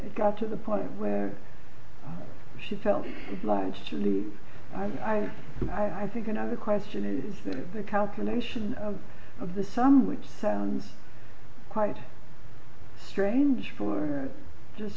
it got to the point where she felt obliged to leave i i think another question is that the calculation of the sum which sounds quite strange for just